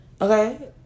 Okay